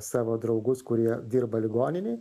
savo draugus kurie dirba ligoninėj